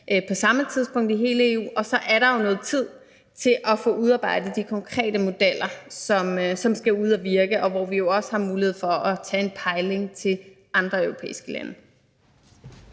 på samme tidspunkt i hele EU, og så er der jo noget tid til at få udarbejdet de konkrete modeller, som skal ud at virke, og hvor vi også har mulighed for at få en pejling i forhold til andre europæiske lande.